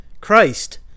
Christ